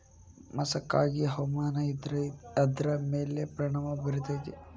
ಮಸಕಾಗಿ ಹವಾಮಾನ ಇದ್ರ ಎದ್ರ ಮೇಲೆ ಪರಿಣಾಮ ಬಿರತೇತಿ?